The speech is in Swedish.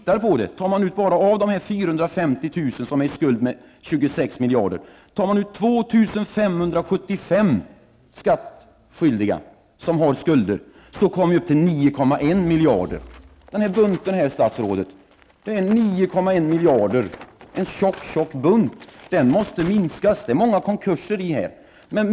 2 575 av dessa 450 000 har skulder på 9,1 miljarder. Jag kan här visa statsrådet en tjock bunt med många konkurser, och den måste minskas.